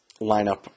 lineup